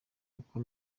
uko